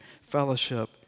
fellowship